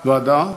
ועדה?